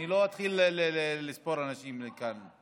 אני לא אתחיל לספור אנשים כאן.